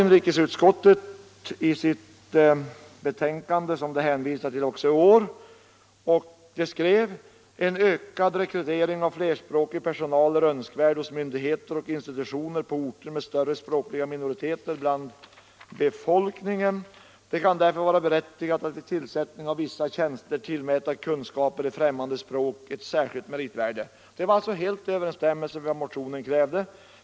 Inrikesutskottet skrev då i sitt betänkande, som det hänvisas till också i år, följande: ”En ökad rekrytering av flerspråkig personal är önskvärd hos myndigheter och institutioner på orter med större språkliga minoriteter bland befolkningen. Det kan därför vara berättigat att vid tillsättning av vissa tjänster tillmäta kunskaper i främmande språk ett särskilt meritvärde.” Detta var alltså helt i överensstämmelse med vad vi hade krävt.